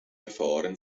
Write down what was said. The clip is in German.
erfahren